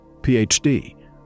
PhD